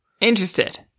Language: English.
Interested